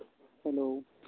hello